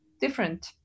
different